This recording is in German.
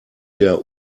der